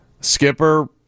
Skipper